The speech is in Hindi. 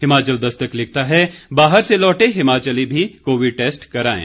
हिमाचल दस्तक लिखता है बाहर से लौटे हिमाचली भी कोविड टैस्ट कराएं